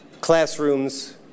classrooms